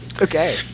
Okay